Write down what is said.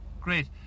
Great